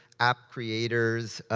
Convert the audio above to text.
app creators,